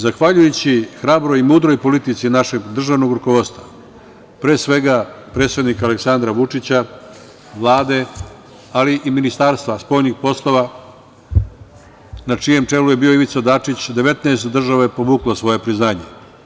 Zahvaljujući hrabroj i mudroj politici našeg državnog rukovodstva, pre svega predsednika Aleksandra Vučića, Vlade ali i Ministarstva spoljnih poslova, na čijem čelu je bio Ivica Dačić, 19 država je povuklo svoje priznanje.